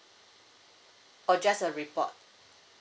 or just a report